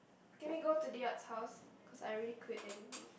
can we go to the Art house cause I already quit anyway